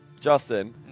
Justin